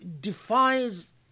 defies